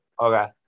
Okay